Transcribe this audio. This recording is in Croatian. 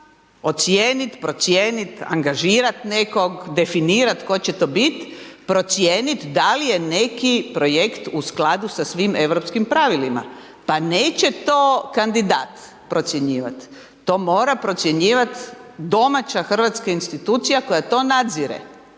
ocijenit, procijenit, angažirat nekog, definirat tko će to bit, procijenit da li je neki projekt u skladu sa svim europskim pravilima. Pa neće to kandidat procjenjivati. To mora procjenjivati domaća hrvatska institucija koja to nadzire.